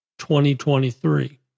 2023